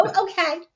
okay